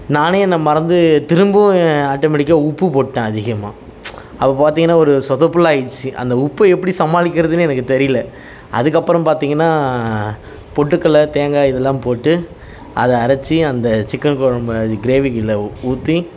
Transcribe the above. நானே என்ன மறந்து திரும்பவும் ஆட்டோமெட்டிக்காக உப்பு போட்டேன் அதிகமாக அப்போது பார்த்தீங்கன்னா ஒரு சொதப்புல்லாயிடுச்சி அந்த உப்பை எப்படி சமாளிக்கிறதுனே எனக்கு தெரியல அதுக்கப்பறம் பார்த்தீங்கன்னா பொட்டுக்கடல தேங்காய் இதெல்லாம் போட்டு அதை அரைச்சி அந்த சிக்கன் குழம்பு அது கிரேவியில் ஊற்றி